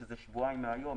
שזה שבועיים מהיום,